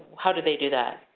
how do they do that?